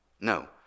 No